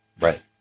right